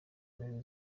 nkuru